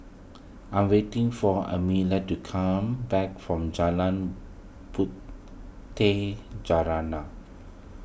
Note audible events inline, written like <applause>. I'm waiting for Emmaline to come back from Jalan Puteh <unintelligible>